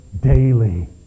daily